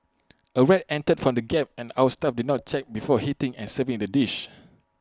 A rat entered from the gap and our staff did not check before heating and serving the dish